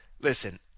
listen